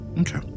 Okay